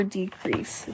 decrease